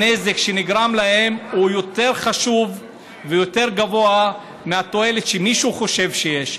הנזק שנגרם להם הוא יותר חשוב ויותר גבוה מהתועלת שמישהו חושב שיש.